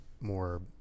more